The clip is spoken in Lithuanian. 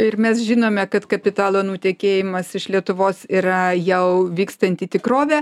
ir mes žinome kad kapitalo nutekėjimas iš lietuvos yra jau vykstanti tikrovė